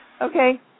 Okay